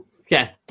Okay